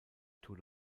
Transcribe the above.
tour